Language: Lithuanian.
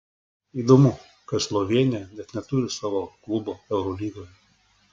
įdomu kad slovėnija net neturi savo klubo eurolygoje